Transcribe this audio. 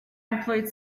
employed